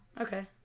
Okay